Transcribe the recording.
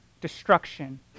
destruction